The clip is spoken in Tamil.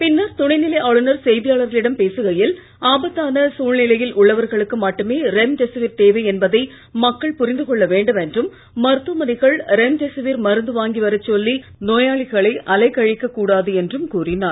பின்னர் துணைநிலை ஆளுநர் செய்தியாளர்களிடம் பேசுகையில் ஆபத்தான சூழ்நிலையில் உள்ளவர்களுக்கு மட்டுமே ரெம்டெசிவிர் தேவை என்பதை என்றும்மருத்துவமனைகள் ரெம்டெசிவிர் மருந்து வாங்கி வரச் சொல்லி நோயாளிகளை அலைக்கழிக்கக் கூடாது என்றும் கூறினார்